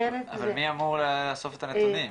אבל מי אמור לאסוף את הנתונים?